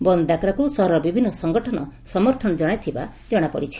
ବନ୍ଦ ଡାକରାକୁ ସହରର ବିଭିନ୍ନ ସଂଗଠନ ସମର୍ଥନ ଜଣାଇଥିବା ଜଣାପଡ଼ିଛି